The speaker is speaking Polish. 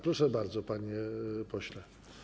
Proszę bardzo, panie pośle.